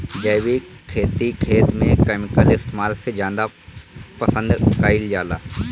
जैविक खेती खेत में केमिकल इस्तेमाल से ज्यादा पसंद कईल जाला